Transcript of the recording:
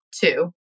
two